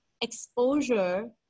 exposure